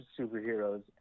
superheroes